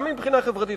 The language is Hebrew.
גם מבחינה חברתית,